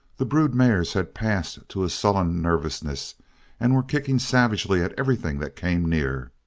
the brood mares had passed to a sullen nervousness and were kicking savagely at everything that came near.